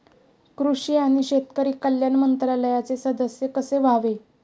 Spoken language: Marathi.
कृषी आणि शेतकरी कल्याण मंत्रालयाचे सदस्य कसे व्हावे?